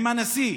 עם הנשיא,